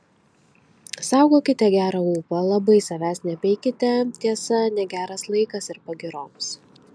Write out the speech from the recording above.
saugokite gerą ūpą labai savęs nepeikite tiesa negeras laikas ir pagyroms